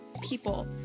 people